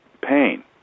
pain